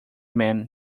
man